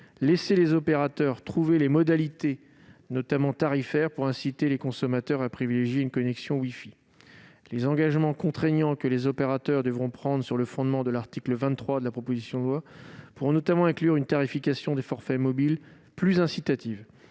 laisser les opérateurs trouver les modalités, notamment tarifaires, susceptibles d'inciter les consommateurs à privilégier une connexion wifi. Les engagements contraignants que les opérateurs devront prendre sur le fondement de l'article 23 pourront notamment inclure une tarification des forfaits mobiles plus incitative.